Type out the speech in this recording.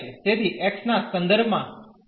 તેથી X ના સંદર્ભમાં લોગરીધમિક ફંકશન થશે